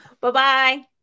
Bye-bye